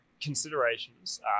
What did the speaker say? considerations